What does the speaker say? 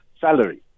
salary